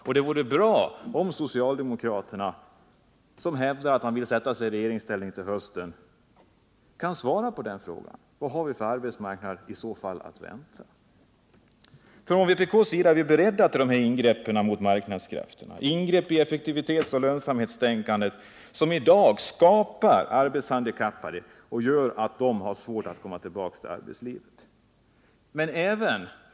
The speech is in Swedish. Men det vore bra om socialdemokraterna —-som hävdar att man vill sätta sig i regeringsställning till hösten — kan svara på frågan vad vi har för arbetsmarknad att vänta i så fall. Från vpk:s sida är vi beredda till ingrepp i marknadskrafterna, inskränkning i effektivitetsoch lönsamhetstänkande, som i dag skapar arbetshandikappade och gör att de har svårt att komma tillbaka till arbetslivet.